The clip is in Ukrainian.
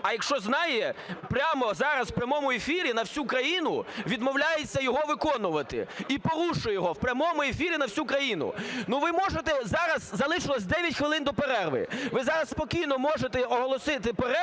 А якщо знає, прямо зараз в прямому ефірі на всю країну відмовляється його виконувати і порушує його в прямому ефірі на всю країну. Ну ви можете, зараз залишилось 9 хвилин до перерви, ви зараз спокійно можете оголосити перерву